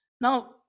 Now